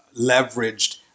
leveraged